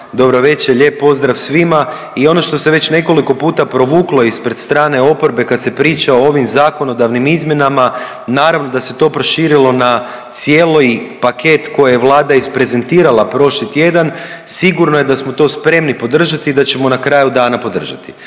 Dobro veče, lijep pozdrav svima i ono što se već nekoliko puta provuklo ispred strane oporbe, kad se priča o ovim zakonodavnim izmjenama, naravno da se to proširilo na cijeli paket koji je Vlada izprezentirala prošli tjedan, sigurno je da smo to spremni podržati i da ćemo na kraju dana podržati